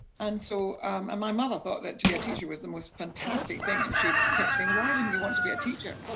and so my mother thought that to be a teacher was the most fantastic thing, and she kept kept saying, why wouldn't you want to be a teacher?